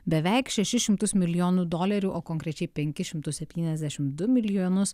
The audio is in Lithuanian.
beveik šešis šimtus milijonų dolerių o konkrečiai penkis šimtus septyniasdešimt du milijonus